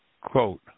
Quote